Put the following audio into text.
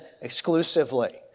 exclusively